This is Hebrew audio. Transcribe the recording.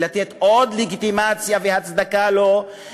והיא נותנת לו עוד לגיטימציה והצדקה דרך